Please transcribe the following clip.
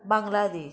Bangladesh